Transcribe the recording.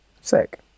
Sick